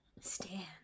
stand